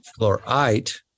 fluorite